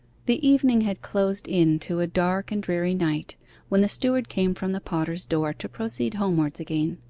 the evening had closed in to a dark and dreary night when the steward came from the potter's door to proceed homewards again.